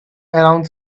around